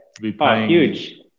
huge